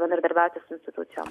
bendradarbiauti su institucijom